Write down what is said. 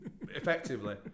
Effectively